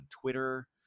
Twitter